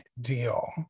deal